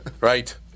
Right